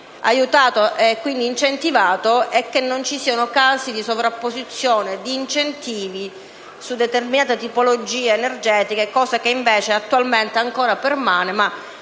aiutato e incentivato e non ci siano casi di sovrapposizione di incentivi su determinate tipologie energetiche, cosa che attualmente ancora permane.